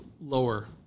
lower